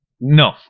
No